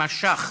משך